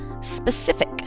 specific